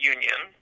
Union